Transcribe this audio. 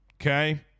Okay